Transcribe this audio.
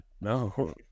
No